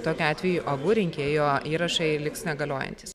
tokiu atveju abu rinkėjo įrašai liks negaliojantys